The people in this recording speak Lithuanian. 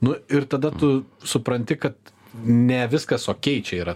nu ir tada tu supranti kad ne viskas okei čia yra